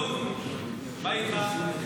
32 בעד, 42 נגד.